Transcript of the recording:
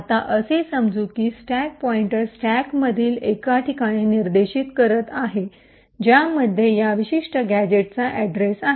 आता असे समजू की स्टॅक पॉइंटर स्टॅकमधील एका ठिकाणी निर्देशित करीत आहे ज्यामध्ये या विशिष्ट गॅझेटचा अड्रेस आहे